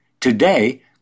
Today